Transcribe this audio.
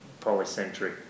polycentric